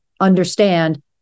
understand